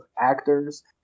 actors